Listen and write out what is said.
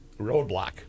roadblock